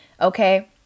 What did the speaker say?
okay